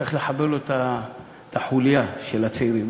צריך לחבר לו את החוליה של הצעירים.